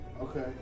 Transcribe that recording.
okay